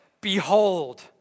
Behold